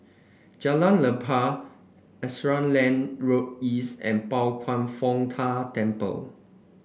Jalan Lapang Auckland Lane Road East and Pao Kwan Foh Tang Temple